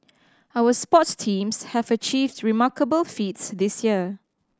our sports teams have achieved remarkable feats this year